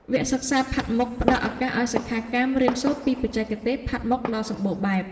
វគ្គសិក្សាផាត់មុខ ផ្តល់ឱកាសឱ្យសិក្ខាកាមរៀនសូត្រពីបច្ចេកទេសផាត់មុខដ៏សម្បូរបែប។